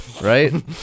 right